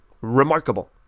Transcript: remarkable